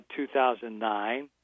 2009